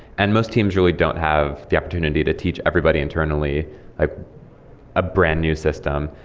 and most teams really don't have the opportunity to teach everybody internally a ah brand new system.